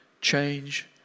change